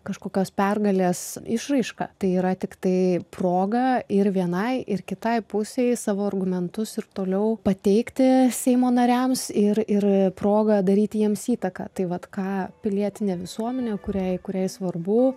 kažkokios pergalės išraiška tai yra tiktai proga ir vienai ir kitai pusei savo argumentus ir toliau pateikti seimo nariams ir ir progą daryti jiems įtaką tai vat ką pilietinė visuomenė kuriai kuriai svarbu